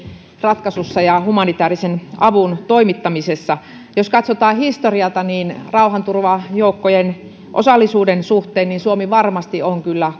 ratkaisussa ja humanitäärisen avun toimittamisessa jos katsotaan historiaa niin rauhanturvajoukkojen osallisuuden suhteen suomi varmasti on kyllä